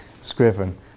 Scriven